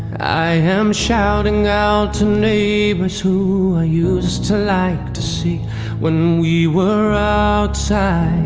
i am shouting now to neighbors who i used to like to see when we were outside